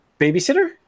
Babysitter